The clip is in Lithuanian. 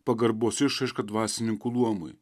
pagarbos išraiška dvasininkų luomui